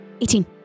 Eighteen